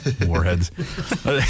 Warheads